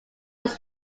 was